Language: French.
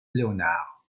léonard